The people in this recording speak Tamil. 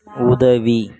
உதவி